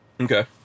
okay